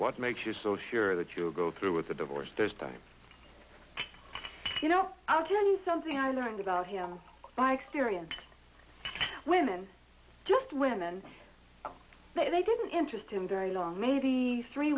what makes you so sure that you'll go through with the divorce there's time you know i'll tell you something i learned about him by experience women just women they didn't interest him very long maybe three